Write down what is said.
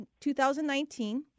2019